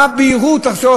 מה הבהילות הזאת?